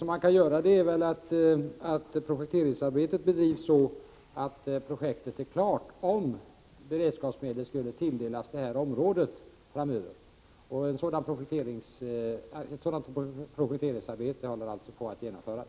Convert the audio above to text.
Det man kan göra är att bedriva projekteringsarbetet så att projektet är klart om beredskapsmedel skulle tilldelas detta område framöver, och ett sådant projekteringsarbete håller också på att genomföras.